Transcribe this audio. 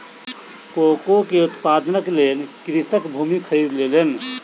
cocoa के उत्पादनक लेल कृषक भूमि खरीद लेलैन